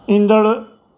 ईंदड़ु